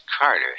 Carter